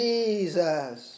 Jesus